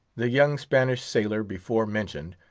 the young spanish sailor, before mentioned,